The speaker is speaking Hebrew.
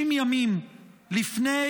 60 ימים לפני